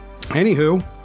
Anywho